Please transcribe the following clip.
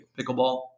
Pickleball